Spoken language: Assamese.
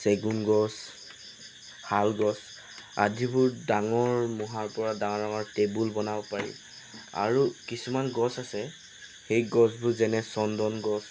চেগুন গছ শাল গছ আদিবোৰ ডাঙৰ মূঢ়াৰপৰা ডাঙৰ ডাঙৰ টেবুল বনাব পাৰি আৰু কিছুমান গছ আছে সেই গছবোৰ যেনে চন্দন গছ